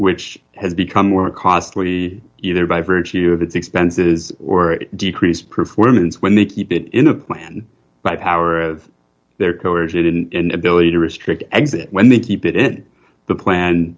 which has become more costly either by virtue of its expenses or decreased performance when they keep it in a plan by power of their coercion in ability to restrict exit when they keep it in the plan